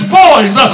boys